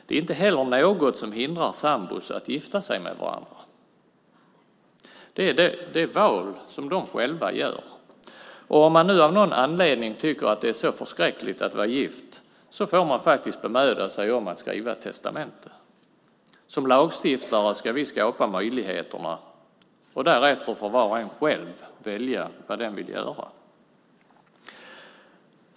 Det är inte heller något som hindrar sambor att gifta sig med varandra. Det är val som de själva gör. Om man nu av någon anledning tycker att det är så förskräckligt att vara gift får man faktiskt bemöda sig om att skriva ett testamente. Som lagstiftare ska vi skapa möjligheterna. Därefter får var och en själv välja vad man vill göra.